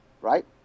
right